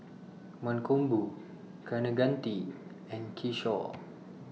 Mankombu Kaneganti and Kishore